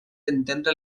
entendre